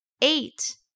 Eight